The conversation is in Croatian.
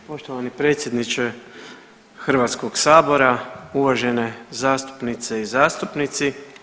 Poštovani predsjedniče HS, uvažene zastupnice i zastupnici.